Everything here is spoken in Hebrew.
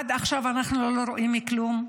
עד עכשיו אנחנו לא רואים כלום.